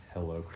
Hello